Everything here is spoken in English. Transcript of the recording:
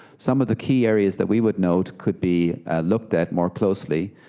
some of the key areas that we would note, could be looked at more closely,